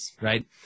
right